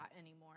anymore